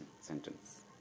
sentence